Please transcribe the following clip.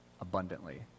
abundantly